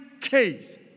case